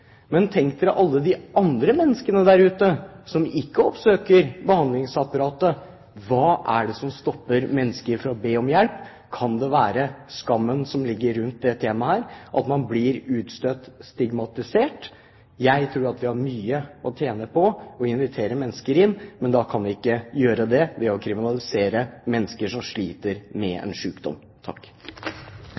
men tenk dere alle de andre menneskene der ute som ikke oppsøker behandlingsapparatet. Hva er det som stopper mennesker fra å be om hjelp? Kan det være skammen som ligger rundt dette temaet – at man blir utstøtt, stigmatisert? Jeg tror at vi har mye å tjene på å invitere mennesker inn, men da kan vi ikke gjøre det ved å kriminalisere mennesker som sliter med en